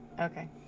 Okay